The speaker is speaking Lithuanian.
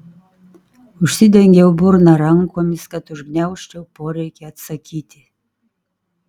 užsidengiau burną rankomis kad užgniaužčiau poreikį atsakyti